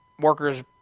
workers